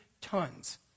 tons